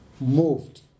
moved